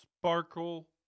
Sparkle